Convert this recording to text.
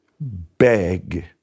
beg